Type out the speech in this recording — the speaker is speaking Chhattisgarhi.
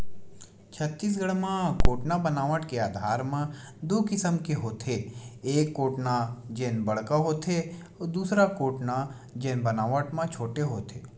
छत्तीसगढ़ म कोटना बनावट के आधार म दू किसम के होथे, एक कोटना जेन बड़का होथे अउ दूसर कोटना जेन बनावट म छोटे होथे